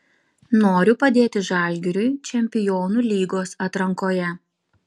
noriu padėti žalgiriui čempionų lygos atrankoje